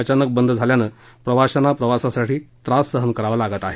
अचानक बंद झाल्यानं प्रवाशांना प्रवासासाठी त्रास सहन करावा लागत आहे